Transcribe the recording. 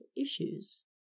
issues